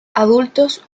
adultos